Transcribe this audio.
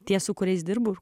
tiesų kuriais dirbu